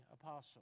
apostle